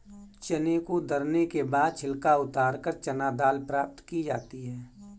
चने को दरने के बाद छिलका उतारकर चना दाल प्राप्त की जाती है